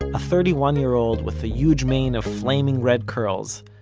a thirty-one year old with a huge mane of flaming red curls,